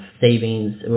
savings